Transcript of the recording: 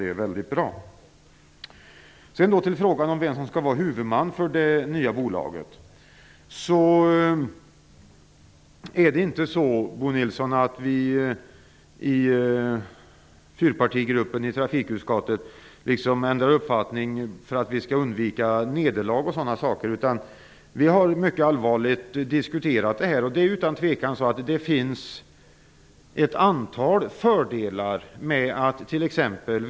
När det gäller frågan om vem som skall vara huvudman för det nya bolaget är det inte så, Bo Nilsson, att vi i fyrpartigruppen i trafikutskottet ändrar uppfattning för att undvika nederlag, utan vi har mycket allvarligt diskuterat frågan. Det finns utan tvekan ett antal fördelar med att t.ex.